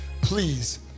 please